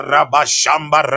Rabashamba